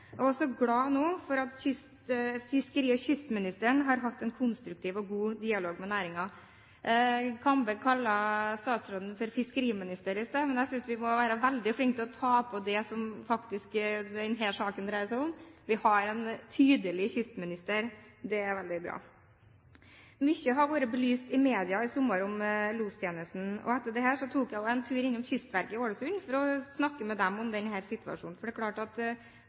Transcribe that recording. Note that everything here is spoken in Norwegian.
og hva som ikke fungerer. Vi er glade for at fiskeri- og kystministeren har hatt en konstruktiv og god dialog med næringen. Kambe kalte statsråden fiskeriminister i stad, men jeg synes vi må bli veldig flinke til å ta på det som denne saken faktisk dreier seg om. Vi har en tydelig kystminister. Det er veldig bra. Mye har vært belyst i media i sommer om lostjenesten, og etter dette tok jeg en tur innom Kystverket i Ålesund for å snakke med dem om denne situasjonen. Det er der administrasjonen av tjenesten nå sitter, og det er